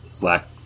Black